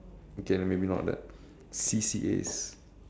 okay then maybe not that C_C_As